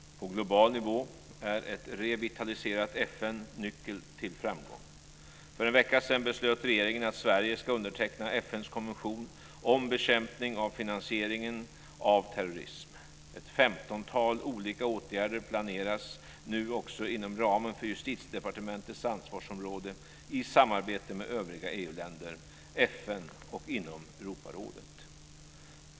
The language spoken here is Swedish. På global nivå är ett revitaliserat FN nyckeln till framgång. För en vecka sedan beslöt regeringen ska underteckna FN:s konvention om bekämpning av finansieringen av terrorism. Ett femtontal olika åtgärder planeras nu också inom ramen för Justitiedepartementets ansvarsområde i samarbete med övriga EU-länder, FN och Europarådet.